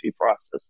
process